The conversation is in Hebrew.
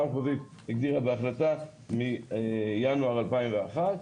המחוזית הגדירה בהחלטה מינואר 2021,